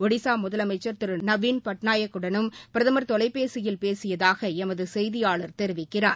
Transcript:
ஒடிஸா முதலமைச்ச் திரு நவின் பட்நாயக்குடனும் பிரதமர் தொலைபேசியில் பேசியதாக எமது செய்தியாளர் தெரிவிக்கிறார்